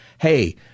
hey